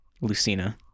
Lucina